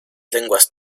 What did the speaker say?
lenguas